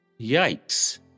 Yikes